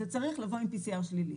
אתה צריך לבוא עם PCR שלילי.